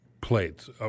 plates